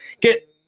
get